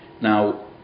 Now